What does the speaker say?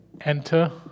enter